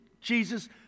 Jesus